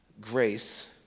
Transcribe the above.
grace